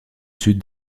sud